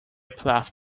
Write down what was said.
plath